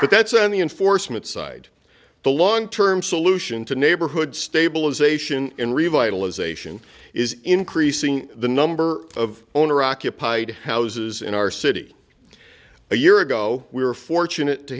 but that's on the enforcement side the long term solution to neighborhood stabilization and revitalization is increasing the number of owner occupied houses in our city a year ago we were fortunate to